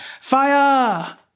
Fire